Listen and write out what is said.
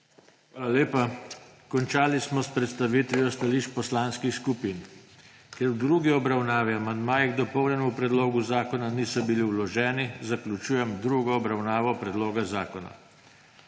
Hvala lepa. Končali smo predstavitev stališč poslanskih skupin. Ker v drugi obravnavi amandmaji k dopolnjenemu predlogu zakona niso bili vloženi, zaključujem drugo obravnavo predloga zakona.